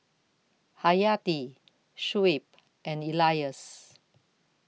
Hayati Shuib and Elyas